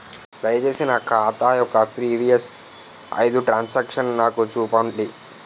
దయచేసి నా ఖాతా యొక్క ప్రీవియస్ ఐదు ట్రాన్ సాంక్షన్ నాకు చూపండి